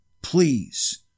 please